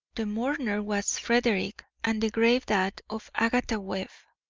the mourner was frederick and the grave that of agatha webb.